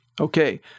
Okay